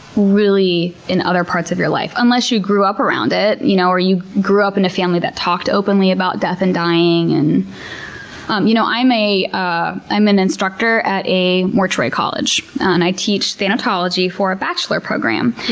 really, in other parts of your life unless you grew up around it, you know or you grew up in a family that talked openly about death and dying. and um you know dying. ah i'm an instructor at a mortuary college, and i teach thanatology for a bachelor program.